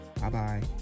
Bye-bye